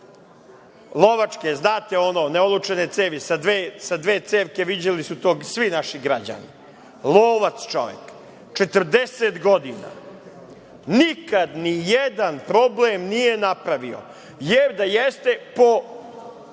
lovac čovek, 40 godina nikad, ni jedan problem nije napravio, jer da jeste po